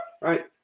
Right